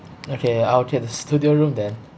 okay I'll get the studio room then